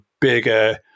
bigger